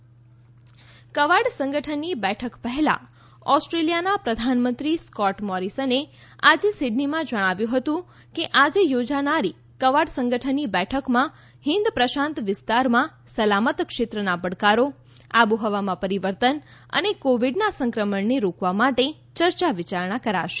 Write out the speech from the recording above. Quad Australian પ્રધાનમંત્રી Quad સંગઠનની બેઠક પહેલાં ઓસ્ટ્રેલિયાના પ્રધાનમંત્રી સ્કોટ મોરિસને આજે સિડનીમાં જણાવ્યું હતું કે આજે યોજાનારી ક્વાડ સંગઠનની બેઠકમાં હિન્દ પ્રશાંત વિસ્તારમાં સલામત ક્ષેત્રના પડકારો આબોહવામાં પરિવર્તન અને કોવિડના સંક્રમણને રોકવા માટે ચર્ચા વિચારણા કરાશે